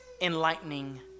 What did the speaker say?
enlightening